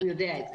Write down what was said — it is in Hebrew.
הוא יודע את זה.